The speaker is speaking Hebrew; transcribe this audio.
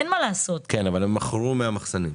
אבל הם מכרו מהמחסנים.